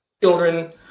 children